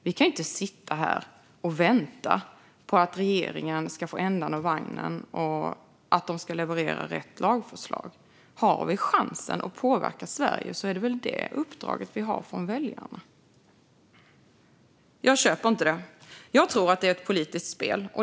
Vi kan inte sitta här och vänta på att regeringen ska få ändan ur vagnen och leverera rätt lagförslag. Om chansen finns att påverka Sverige ska vi väl utföra det uppdrag vi har fått från väljarna. Jag köper inte detta. Jag tror att det här är ett politiskt spel.